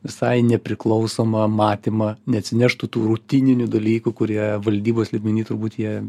visai nepriklausomą matymą neatsineštų tų rutininių dalykų kurie valdybos lygmeny turbūt jie